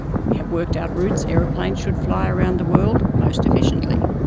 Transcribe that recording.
we have worked out routes airplanes should fly around the world most efficiently,